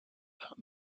that